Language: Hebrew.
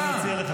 אני מציע לך,